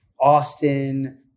Austin